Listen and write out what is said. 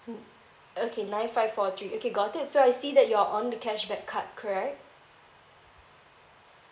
mmhmm okay nine five four three okay got it so I see that you're on the cashback card correct